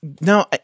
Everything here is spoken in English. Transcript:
no